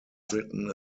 written